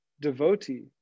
devotee